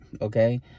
okay